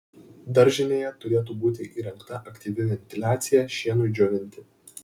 daržinėje turėtų būti įrengta aktyvi ventiliacija šienui džiovinti